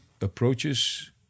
approaches